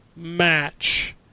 Match